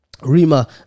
Rima